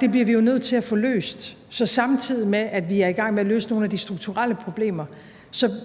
det bliver vi nødt til at få løst. Så samtidig med at vi er i gang med at løse nogle af de strukturelle problemer,